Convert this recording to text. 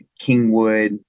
Kingwood